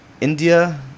india